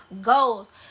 goals